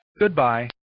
Goodbye